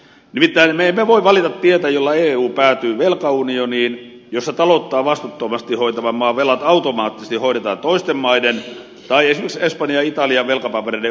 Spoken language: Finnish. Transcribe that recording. nimittäin me emme voi valita tietä jolla eu päätyy velkaunioniin jossa talouttaan vastuuttomasti hoitavan maan velat automaattisesti hoidetaan toisten maiden tai esimerkiksi espanjan ja italian velkapapereiden ostamisella ekpn toimesta